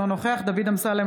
אינו נוכח דוד אמסלם,